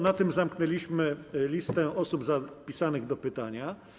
Na tym zamknęliśmy listę osób zapisanych do pytania.